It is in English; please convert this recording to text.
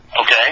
Okay